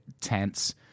tense